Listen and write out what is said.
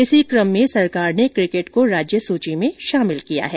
इसी क्रम में सरकार ने क्रिकेट को राज्य सूची में शामिल किया है